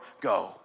go